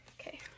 okay